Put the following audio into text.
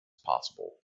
possible